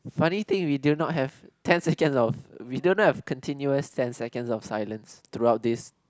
funny thing we did not have ten seconds of we did not have continuous ten seconds of silence through out this